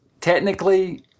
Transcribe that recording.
technically